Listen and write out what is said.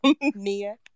Nia